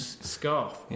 scarf